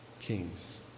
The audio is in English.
kings